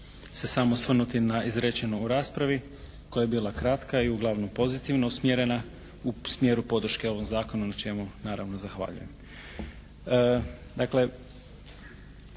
se samo osvrnuti na izrečeno u raspravi koja je bila kratka i uglavnom pozitivno usmjerena, u smjeru podrške ovom Zakonu na čemu naravno zahvaljujem.